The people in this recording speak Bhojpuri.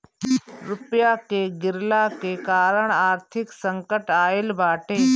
रुपया के गिरला के कारण आर्थिक संकट आईल बाटे